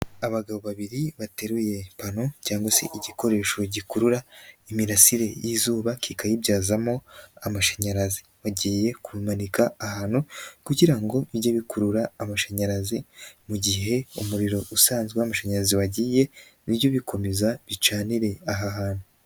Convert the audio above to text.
Abagabo babiri bateruye pano cyangwa se igikoresho gikurura imirasire y'izuba kikayibyazamo amashanyarazi, bagiye kumanika ahantu kugira ngo bijye bikurura amashanyarazi mu gihe umuriro usanzwe w'amashanyarazi wagiye bijye bikomeza bicanire aha hantu.